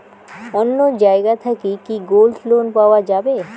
অন্য জায়গা থাকি কি গোল্ড লোন পাওয়া যাবে?